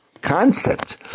concept